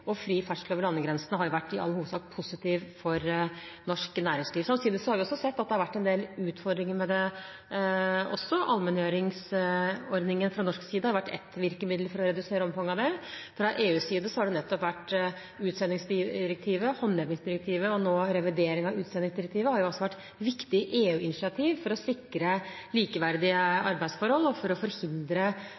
og fri ferdsel over landegrensene har i all hovedsak vært positivt for norsk næringsliv. Sannsynligvis har vi sett at det har vært en del utfordringer med dette også. Allmenngjøringsordningen har fra norsk side vært ett virkemiddel for å redusere omfanget av det. Fra EUs side har nettopp utsendingsdirektivet, håndhevingsdirektivet og nå revidering av utsendingsdirektivet vært viktige EU-initiativ for å sikre likeverdige arbeidsforhold og for å forhindre